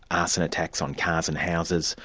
arson attacks on cars and houses,